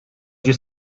ġie